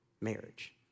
marriage